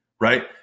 right